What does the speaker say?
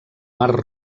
mar